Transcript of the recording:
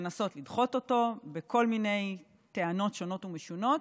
לנסות לדחות אותו בכל מיני טענות שונות ומשונות.